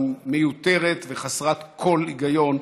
המיותרת וחסרת כל ההיגיון,